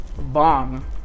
Bomb